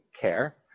care